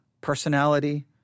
personality